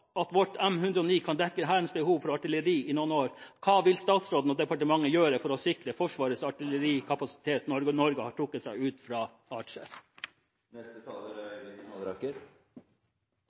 at vårt M109 kan dekke Hærens behov for artilleri i noen år, hva vil statsråden og departementet gjøre for å sikre Forsvaret artillerikapasitet, når Norge har trukket seg